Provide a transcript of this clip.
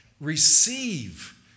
receive